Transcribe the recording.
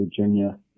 Virginia